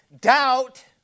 Doubt